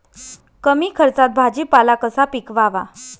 कमी खर्चात भाजीपाला कसा पिकवावा?